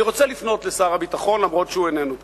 אני רוצה לפנות לשר הביטחון, אפילו שהוא איננו פה.